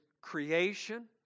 creation